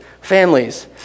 families